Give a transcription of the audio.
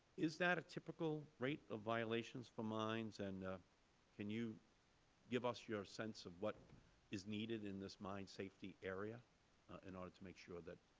is that a typical rate of violations for mines and can you give us your sense of what is needed in this mine safety area in order to make sure that